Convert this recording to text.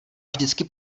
vždycky